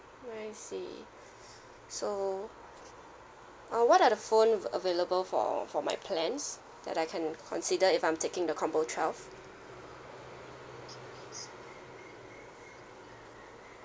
I see so uh what are the phone a~ available for for my plans that I can consider if I'm taking the combo twelve